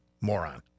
moron